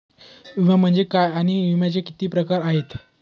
विमा म्हणजे काय आणि विम्याचे किती प्रकार आहेत?